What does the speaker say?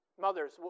Mothers